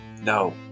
No